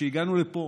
שהגענו לפה